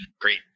Great